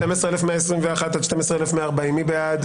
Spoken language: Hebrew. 12,081 עד 12,100, מי בעד?